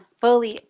Fully